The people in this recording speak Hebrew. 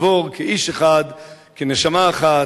יחבור כאיש אחד, כנשמה אחת,